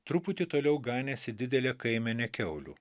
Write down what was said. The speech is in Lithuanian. truputį toliau ganėsi didelė kaimenė kiaulių